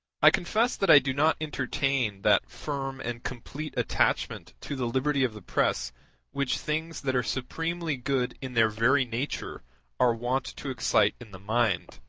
i confess that i do not entertain that firm and complete attachment to the liberty of the press which things that are supremely good in their very nature are wont to excite in the mind